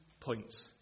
points